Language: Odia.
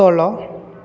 ତଳ